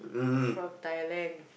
from Thailand